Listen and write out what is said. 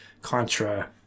Contra